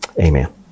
amen